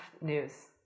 news